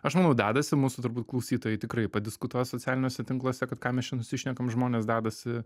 aš manau dedasi mūsų turbūt klausytojai tikrai padiskutuos socialiniuose tinkluose kad ką mes čia nusišnekam žmonės dedasi